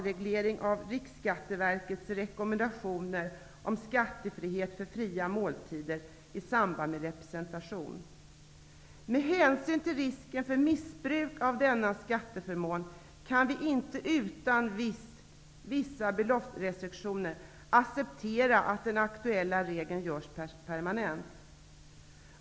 Riksskatteverkets rekommendation om skattefrihet för fria måltider i samband med representation. Med hänsyn till risken för missbruk av denna skatteförmån kan vi inte utan vissa beloppsrestriktioner acceptera att den aktuella regeln görs permanent.